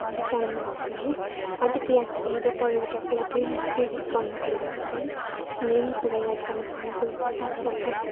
विचारमा चाहिँ अलिक यात्री र पर्यटकलाई प्रेर प्रेरित गर्नको लागि चाहिँ मेन कुरा याद गर्नु पर्ने कुरा चाहिँ साफ सफाइ